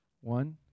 one